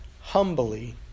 humbly